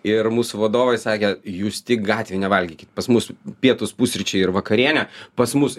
ir mūsų vadovai sakė jūs tik gatvėj nevalgykit pas mus pietūs pusryčiai ir vakarienė pas mus